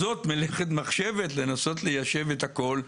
מלאכת מחשבת לנסות ליישב את הכול.